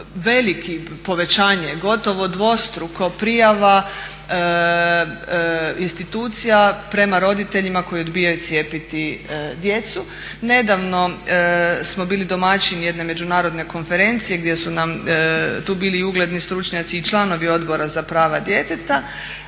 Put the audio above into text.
veliko povećanje gotovo dvostruko prijava institucija prema roditeljima koji odbijaju cijepiti djecu. Nedavno smo bili domaćini jedne međunarodne konferencije gdje su nam tu bili i ugledni stručnjaci i članovi Odbora za prava djeteta.